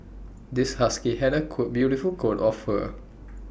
this husky had A cool beautiful coat of fur